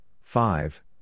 five